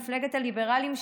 מפלגת הליברלים,